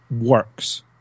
works